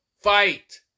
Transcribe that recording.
fight